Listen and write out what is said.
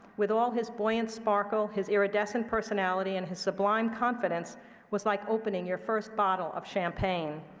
with all his buoyant sparkle, his iridescent personality, and his sublime confidence was like opening your first bottle of champagne.